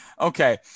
Okay